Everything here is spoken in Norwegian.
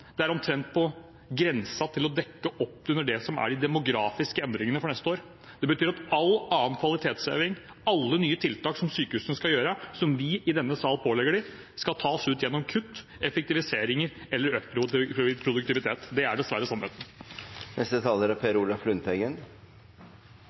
vedtatt, er omtrent på grensen til å dekke opp de demografiske endringene neste år. Det betyr at all annen kvalitetsheving og alle nye tiltak som sykehusene skal gjøre, som vi i denne sal pålegger dem, skal tas ut gjennom kutt, effektiviseringer eller økt produktivitet. Det er dessverre